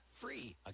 free